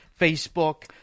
Facebook